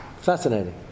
Fascinating